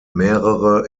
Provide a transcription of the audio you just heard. mehrere